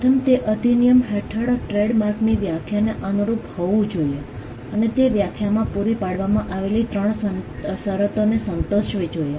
પ્રથમ તે અધિનિયમ હેઠળ ટ્રેડમાર્કની વ્યાખ્યાને અનુરૂપ હોવું જોઈએ અને તે વ્યાખ્યામાં પૂરી પાડવામાં આવેલી 3 શરતોને સંતોષવી જોઈએ